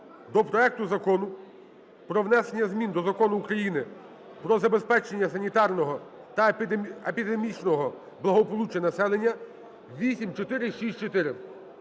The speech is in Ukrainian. проекту Закону про внесення змін до Закону України "Про забезпечення санітарного та епідемічного благополуччя населення" (8464).